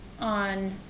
on